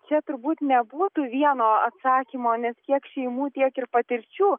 čia turbūt nebūtų vieno atsakymo nes kiek šeimų tiek ir patirčių